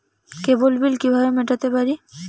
কেবল bill কিভাবে মেটাতে পারি?